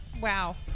wow